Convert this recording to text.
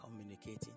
communicating